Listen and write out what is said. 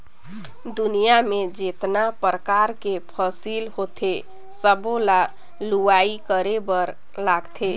दुनियां में जेतना परकार के फसिल होथे सबो ल लूवाई करे बर लागथे